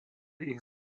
ich